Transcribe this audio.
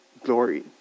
glory